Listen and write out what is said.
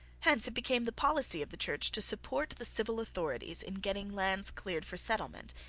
hence it became the policy of the church to support the civil authorities in getting lands cleared for settlement,